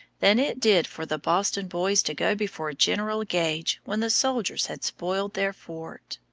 than it did for the boston boys to go before general gage when the soldiers had spoiled their fort.